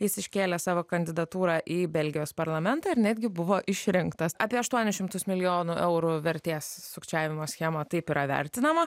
jis iškėlė savo kandidatūrą į belgijos parlamentą ir netgi buvo išrinktas apie aštuonis šimtus milijonų eurų vertės sukčiavimo schema taip yra vertinama